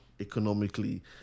economically